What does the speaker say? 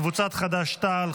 קבוצת סיעת חד"ש-תע"ל,